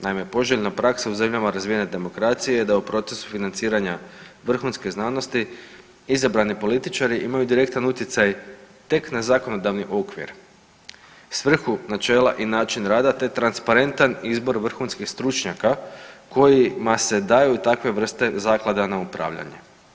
Naime, poželjna praksa u zemljama razvijene demokracije je da u procesu financiranja vrhunske znanosti izabrani političari imaju direktan utjecaj tek na zakonodavni okvir, svrhu načela i način rada, te transparentan izbor vrhunskih stručnjaka kojima se daju takve vrste zaklada na upravljanje.